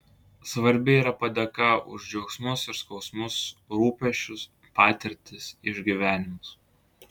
svarbi yra padėka už džiaugsmus ir skausmus rūpesčius patirtis išgyvenimus